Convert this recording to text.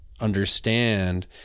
understand